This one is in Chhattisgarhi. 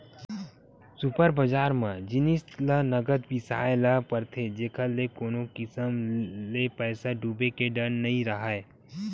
सुपर बजार म जिनिस ल नगद बिसाए ल परथे जेखर ले कोनो किसम ले पइसा डूबे के डर नइ राहय